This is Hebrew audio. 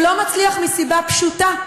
הוא לא מצליח מסיבה פשוטה,